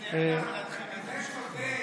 איתן, אתה באמת צודק.